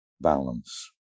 balance